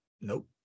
Nope